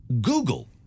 Google